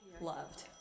loved